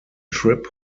trip